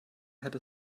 had